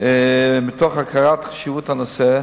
מתוך הכרה בחשיבות הנושא,